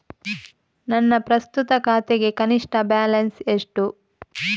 ನನ್ನ ಪ್ರಸ್ತುತ ಖಾತೆಗೆ ಕನಿಷ್ಠ ಬ್ಯಾಲೆನ್ಸ್ ಎಷ್ಟು?